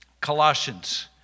Colossians